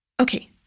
Okay